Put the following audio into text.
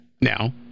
now